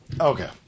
Okay